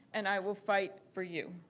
and i will fight for you.